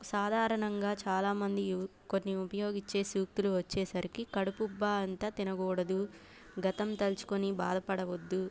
సాధారణంగా చాలామంది కొన్ని ఉపయోగించే సూక్తులు వచ్చేసరికి కడుపుబ్బా అంతా తినకూడదు గతం తలుచుకుని బాధపడవద్దు